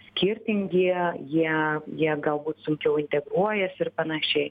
skirtingi jie jie galbūt sunkiau integruojasi ir panašiai